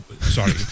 Sorry